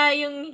yung